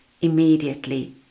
immediately